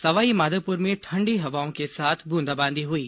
सवाई माधोपुर में ठंडी हवाओं के साथ बूंदाबांदी हुई